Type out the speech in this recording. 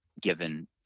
given